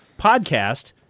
podcast